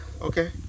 Okay